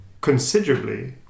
considerably